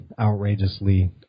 outrageously